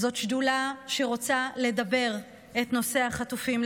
זו שדולה שרוצה לדבר על נושא החטופים,